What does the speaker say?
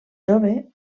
jove